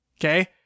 Okay